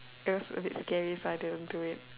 that was a bit scary so I didn't do it